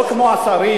לא כמו השרים,